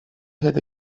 had